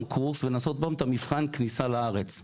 קורס ולנסות עוד פעם את מבחן הכניסה לארץ?